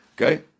Okay